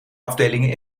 afdelingen